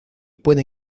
puede